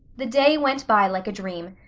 the day went by like a dream.